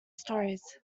stories